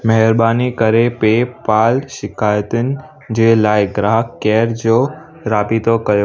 महिरबानी करे पेपाल शिकायतुनि जे लाइ ग्राहक केयर जो राबितो कयो